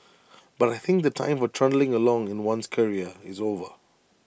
but I think the time for trundling along in one's career is over